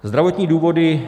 Zdravotní důvody.